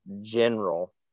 general